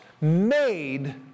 made